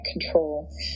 control